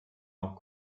noch